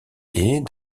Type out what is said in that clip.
est